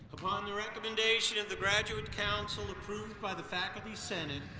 upon the recommendation of the graduate council, approved by the faculty senate,